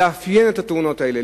לאפיין את התאונות האלה,